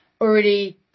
already